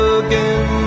again